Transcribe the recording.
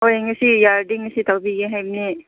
ꯍꯣꯏ ꯉꯁꯤ ꯌꯥꯔꯗꯤ ꯉꯁꯤ ꯇꯧꯕꯤꯒꯦ ꯍꯥꯏꯕꯅꯦ